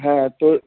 হ্যাঁ তো